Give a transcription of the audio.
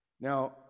Now